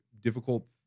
difficult